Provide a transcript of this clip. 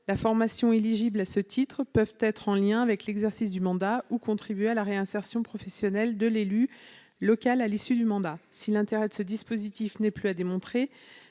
Les formations éligibles à ce titre peuvent être en lien avec l'exercice du mandat ou contribuer à la réinsertion professionnelle de l'élu local à l'issue du mandat. Si l'intérêt de ce dispositif n'est plus à démontrer,